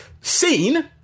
seen